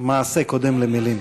מעשה קודם למילים.